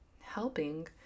helping